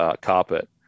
carpet